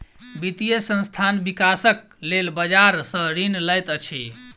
वित्तीय संस्थान, विकासक लेल बजार सॅ ऋण लैत अछि